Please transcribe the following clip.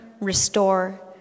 restore